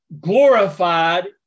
glorified